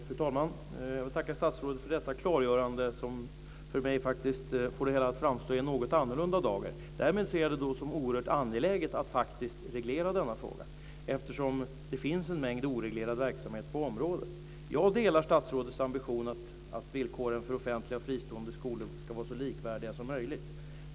Fru talman! Jag tackar statsrådet för detta klargörande som för mig faktiskt får det här att framstå i något annorlunda dager. Därmed ser jag det som oerhört angeläget att faktiskt reglera denna fråga eftersom det finns en mängd oreglerad verksamhet på området. Jag delar statsrådets ambition att villkoren för offentliga och fristående skolor ska vara så likvärdiga som möjligt.